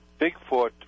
Bigfoot